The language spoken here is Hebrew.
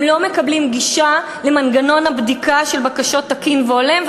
הם לא מקבלים גישה למנגנון בדיקת בקשות תקין והולם,